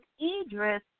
Idris